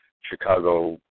Chicago